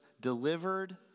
delivered